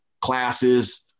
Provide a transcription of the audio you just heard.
classes